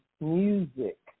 music